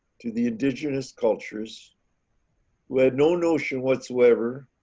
to the indigenous cultures who had no notion whatsoever